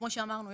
כמו שאמרנו,